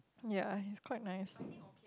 yea he's quite nice